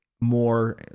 more